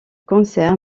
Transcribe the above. cancer